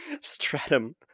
stratum